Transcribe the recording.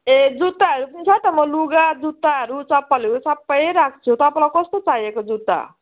ए जुत्ताहरू पनि छ त म लुगा जुत्ताहरू चप्पलहरू सबै राख्छु तपाईँलाई कस्तो चाहिएको जुत्ता